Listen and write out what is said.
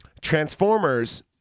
Transformers